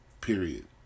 Period